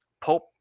pope